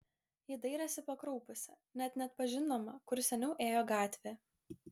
ji dairėsi pakraupusi net neatpažindama kur seniau ėjo gatvė